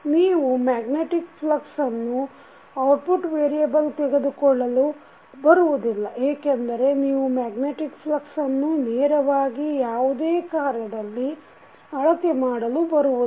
ನೀವು ಮ್ಯಾಗ್ನೆಟಿಕ್ ಫ್ಲಕ್ಸನ್ನು output variable ತೆಗೆದುಕೊಳ್ಳಲು ಬರುವುದಿಲ್ಲ ಏಕೆಂದರೆ ನೀವು ಮ್ಯಾಗ್ನೆಟಿಕ್ ಫ್ಲಕ್ಸನ್ನು ನೇರವಾಗಿ ಯಾವುದೇ ಕಾರ್ಯದಲ್ಲಿ ಅಳತೆ ಮಾಡಲು ಬರುವುದಿಲ್ಲ